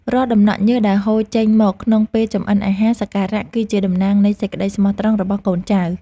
រាល់ដំណក់ញើសដែលហូរចេញមកក្នុងពេលចម្អិនអាហារសក្ការៈគឺជាតំណាងនៃសេចក្តីស្មោះត្រង់របស់កូនចៅ។